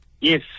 Yes